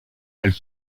elles